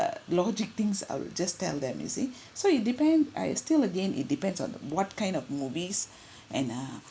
logic things I will just tell them you see so it depend I still again it depends on what kind of movies and uh